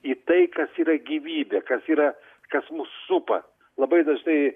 į tai kas yra gyvybė kas yra kas mus supa labai dažnai